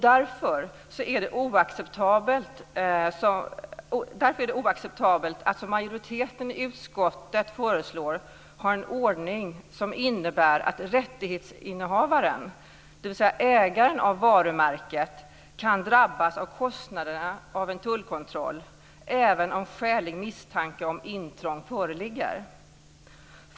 Därför är det oacceptabelt att som majoriteten i utskottet föreslår ha en ordning som innebär att rättighetsinnehavaren, dvs. ägaren av varumärket, kan drabbas av kostnaderna av en tullkontroll även om skälig misstanke om intrång föreligger.